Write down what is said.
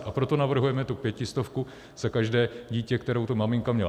A proto navrhujeme tu pětistovku za každé dítě, které ta maminka měla.